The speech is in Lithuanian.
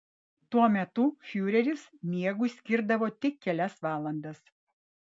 tuo metu fiureris miegui skirdavo tik kelias valandas